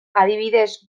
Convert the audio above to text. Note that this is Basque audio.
adibidez